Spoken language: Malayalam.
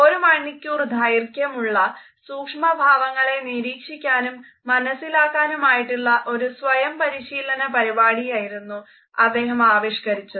ഒരു മണിക്കൂർ ദൈർഖ്യം ഉള്ള സൂക്ഷ്മ ഭാവങ്ങളെ നിരീക്ഷിക്കാനും മനസ്സിലാക്കാനുമായിട്ടുള്ള ഒരു സ്വയം പരിശീലന പരിപാടിയായിരുന്നു അദ്ദേഹം ആവിഷ്കരിച്ചത്